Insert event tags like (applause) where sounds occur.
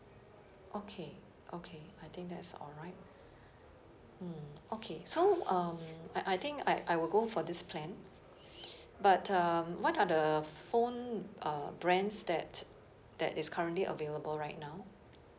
okay okay I think that's all right (breath) mm okay so um I I think I I will go for this plan (breath) but um what are the phone uh brands that that is currently available right now